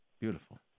Beautiful